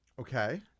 Okay